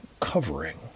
covering